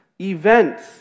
events